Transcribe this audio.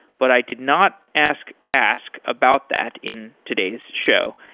but i did not ask ask about that in today's show.